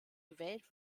gewählt